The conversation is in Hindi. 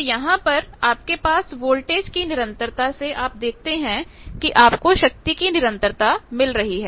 तो यहां आपके पास वोल्टेज की निरंतरता से आप देख सकते हैं कि आपको शक्ति की निरंतरता मिल रही है